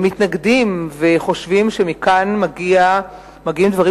מתנגדים להם וחושבים שמכאן מגיעים דברים